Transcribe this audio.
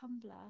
tumblr